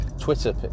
Twitter